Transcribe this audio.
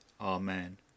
Amen